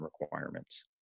requirements